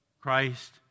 Christ